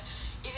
is like